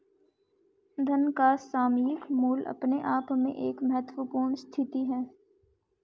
धन का सामयिक मूल्य अपने आप में एक महत्वपूर्ण स्थिति है